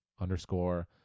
underscore